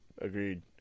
Agreed